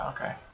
okay